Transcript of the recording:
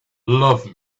love